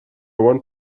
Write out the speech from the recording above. want